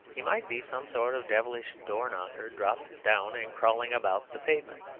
he might be some sort of devilish door-knocker, dropped down and crawling about the pavement.